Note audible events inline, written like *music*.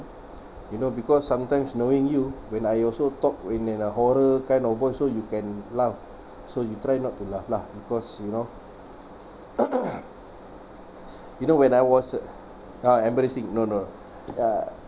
you know because sometimes knowing you when I also talk in in a horror kind of word so you can laugh so you try not to laugh lah because you know *coughs* you know when I was uh ah embarrassing no no ya